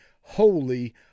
holy